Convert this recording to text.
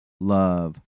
love